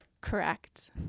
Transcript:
Correct